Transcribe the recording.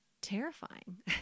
terrifying